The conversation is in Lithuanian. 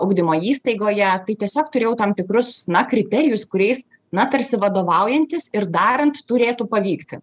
ugdymo įstaigoje tai tiesiog turėjau tam tikrus na kriterijus kuriais na tarsi vadovaujantis ir darant turėtų pavykti